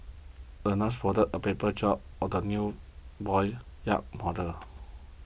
the nurse folded a paper job for the new boy's yacht model